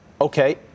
okay